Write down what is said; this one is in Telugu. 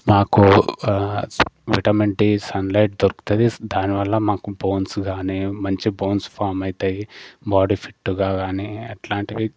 మాకు విటమిన్ డి సన్లైట్ దొరుకుతుంది దాని వల్ల మాకు బోన్స్ గానీ మంచి బోన్స్ ఫామ్ అవుతాయి బాడీ ఫిట్గా గానీ అట్లాంటివి